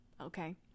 Okay